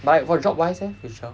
but for job wise eh future